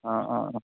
অঁ অঁ অঁ